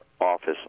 office